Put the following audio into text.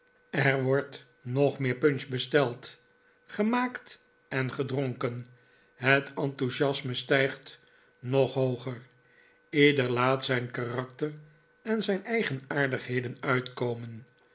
er wordt nog meer punch besteld gemaakt en gedronken het enthousiasme stijgt nog hooger ieder laat zijn karakter en zijn eigenaardigheden uitkomen